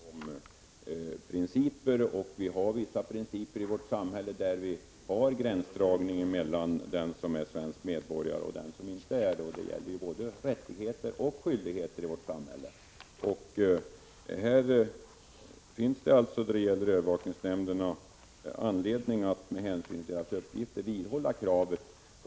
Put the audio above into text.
Herr talman! Jag vill framhålla för Lennart Andersson att det här är fråga om principer. I vårt samhälle finns det vissa principer som gäller gränsdragning mellan dem som är svenska medborgare och dem som inte är det. Här rör det sig om både rättigheter och skyldigheter. Beträffande övervakningsnämnderna vill jag framhålla att det finns anledning att vidhålla kraven.